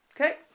Okay